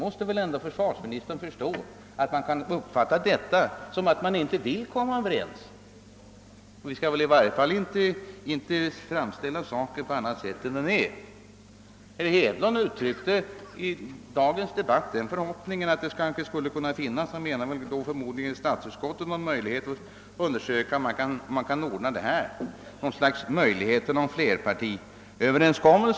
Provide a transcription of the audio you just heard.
Försvarsministern måste väl ändå förstå att detta kan uppfattas så, att man inte ville komma överens med oss. Man skall väl framställa saken som den är! Herr Hedlund uttryckte i dagens debatt förhoppningen att det skulle finnas någon möjlighet att uppnå en flerpartiöverenskommelse — han syftade förmodligen på arbetet inom statsutskottet.